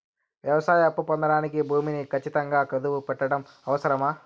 వ్యవసాయ అప్పు పొందడానికి భూమిని ఖచ్చితంగా కుదువు పెట్టడం అవసరమా?